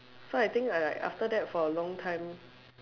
so I think I like after that for a long time